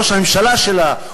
ראש הממשלה שלה,